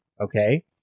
okay